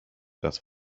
das